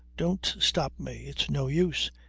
don't stop me. it's no use.